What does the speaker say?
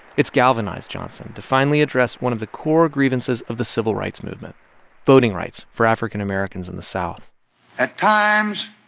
it's galvanized johnson to finally address one of the core grievances of the civil rights movement voting rights for african americans in the south at times,